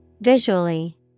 Visually